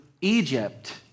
Egypt